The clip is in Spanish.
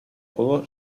juego